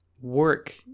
work